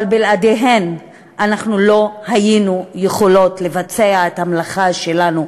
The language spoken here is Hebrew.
אבל בלעדיהן אנחנו לא היינו יכולות לבצע את המלאכה שלנו,